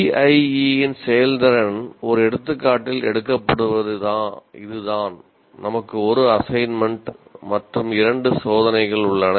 CIE இன் செயல்திறன் ஒரு எடுத்துக்காட்டில் எடுக்கப்படுவது இதுதான் நமக்கு 1 அசைன்மென்ட் உள்ளன